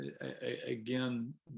again